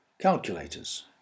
Calculators